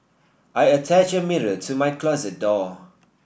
I attached a mirror to my closet door